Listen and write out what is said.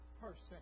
person